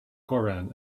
koran